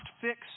fix